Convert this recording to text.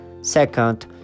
second